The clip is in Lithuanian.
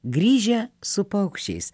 grįžę su paukščiais